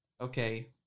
okay